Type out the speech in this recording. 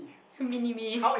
mini me